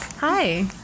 Hi